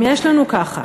יש לנו כך: